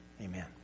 Amen